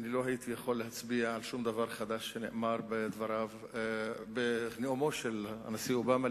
לא הייתי יכול להצביע על שום דבר חדש שנאמר בנאומו של הנשיא אובמה,